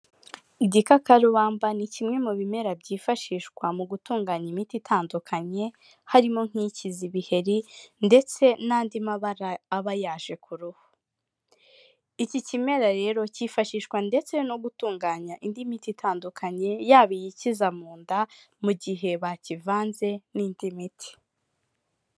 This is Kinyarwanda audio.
Igikakarubamba ni kimwe mu bimera byifashishwa mu gutunganya imiti itandukanye, harimo nk'ikiza ibiheri ndetse n'andi mabara aba yaje ku ruhu. Iki kimera rero kifashishwa ndetse no gutunganya indi miti itandukanye yaba iyi kiza mu nda mu gihe bakivanze n'indi miti.